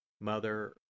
Mother